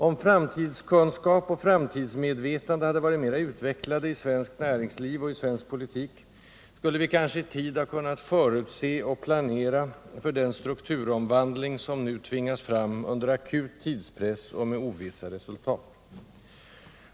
Om framtidskunskap och framtidsmedvetande hade varit mera utvecklade i svenskt näringsliv och i svensk politik, skulle vi kanske i tid ha kunnat förutse och planera för den strukturomvandling som nu tvingas fram under akut tidspress och med ovissa resultat.